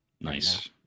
Nice